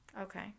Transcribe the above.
Okay